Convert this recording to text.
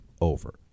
over